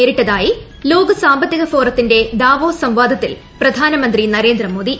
നേരിട്ടതായി ലോകസാമ്പത്തിക ഫോറത്തിന്റെ ദാവോസ് സംവാദത്തിൽ പ്രധാനമന്ത്രി നരേന്ദ്രമോദി